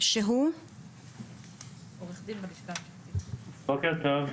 בוקר טוב.